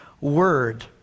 word